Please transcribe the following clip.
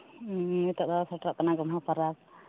ᱱᱤᱛᱳᱜ ᱫᱚ ᱥᱮᱴᱮᱨᱚᱜ ᱠᱟᱱᱟ ᱜᱚᱢᱦᱟ ᱯᱚᱨᱚᱵᱽ